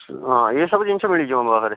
ହଁ ଇଏ ସବୁ ଜିନିଷ ମିଳିଯିବ ମୋ ପାଖରେ